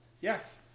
Yes